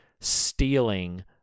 stealing